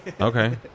Okay